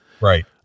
Right